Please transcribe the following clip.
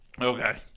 okay